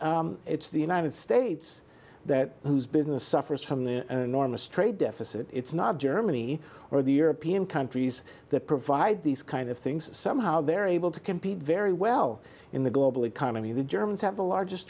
it's the united states that whose business suffers from the enormous trade deficit it's not germany or the european countries that provide these kind of things somehow they're able to compete very well in the global economy the germans have the largest